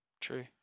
True